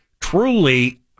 truly